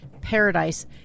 Paradise